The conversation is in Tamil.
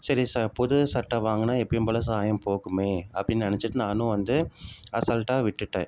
சரி புது சட்டை வாங்கினா எப்பயும் போல் சாயம் போகும் அப்படின்னு நெனைச்சிட்டு நானும் வந்து அசால்ட்டாக விட்டுட்டேன்